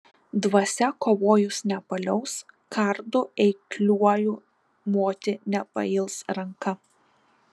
dvasia kovojus nepaliaus kardu eikliuoju moti nepails ranka